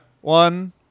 One